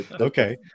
Okay